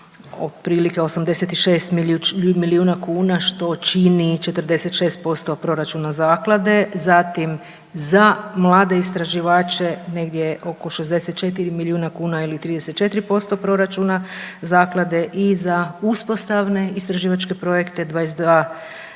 otprilike 86 milijuna kuna što čini 46 proračuna zaklade. Zatim za mlade istraživače negdje oko 64 milijuna kuna ili 34% proračuna zaklade i za uspostavne istraživačke projekte 22,77